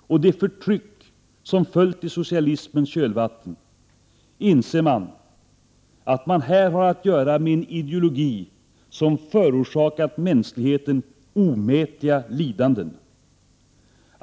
och det förtryck som följt i socialismens kölvatten, inser man att man här har att göra med en ideologi som förorsakat mänskligheten omätliga lidanden.